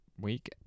week